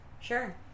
Sure